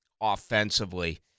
offensively